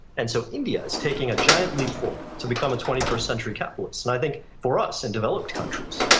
and so india is taking a giant leap forward to become a twenty first century capitalist. and i think for us in developed countries,